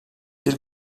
bir